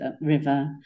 river